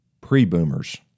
pre-boomers